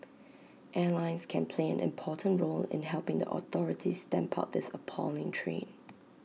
airlines can play an important role in helping the authorities stamp out this appalling trade